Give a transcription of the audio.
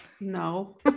No